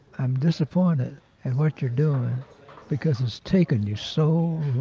i'm disappointed in what you're doing because it's taken you so